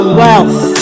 wealth